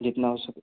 जितना हो सके